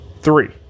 Three